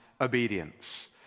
obedience